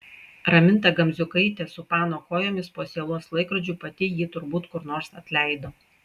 raminta gamziukaitė su pano kojomis po sielos laikrodžiu pati jį turbūt kur nors atleido